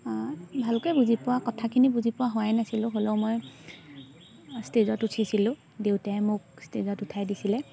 ভালকৈ বুজি পোৱা কথাখিনি বুজি পোৱা হোৱাই নাছিলোঁ হ'লেও মই ষ্টেজত উঠিছিলোঁ দেউতাই মোক ষ্টেজত উঠাই দিছিলে